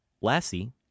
Lassie